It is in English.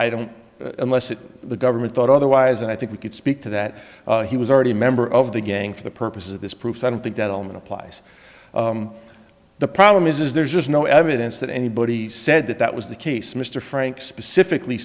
of unless it the government thought otherwise and i think we could speak to that he was already a member of the gang for the purposes of this proves i don't think that all men applies the problem is there's just no evidence that anybody said that that was the case mr frank specifically